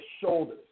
shoulders